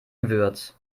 gewürz